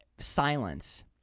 silence